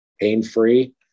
pain-free